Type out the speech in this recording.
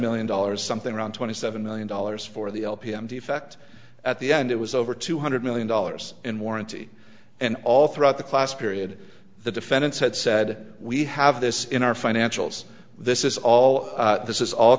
million dollars something around twenty seven million dollars for the l p m defect at the end it was over two hundred million dollars in warranty and all throughout the class period the defendants had said we have this in our financials this is all this is all